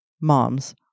moms